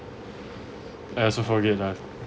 I also forget lah